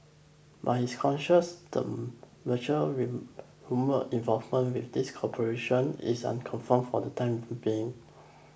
but the Venture's rumoured involvement with these corporations is unconfirmed for the time being